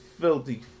Filthy